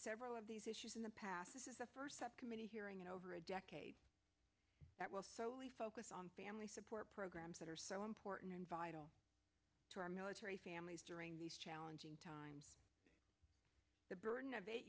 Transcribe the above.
several of these issues in the past this is a first step committee hearing over a decade that was focused on family support programs that are so important and vital to our military families during these challenging times the burden of eight